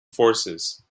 forces